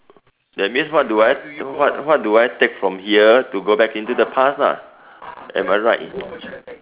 that means what do I what do I take from here to go back into the past lah am I right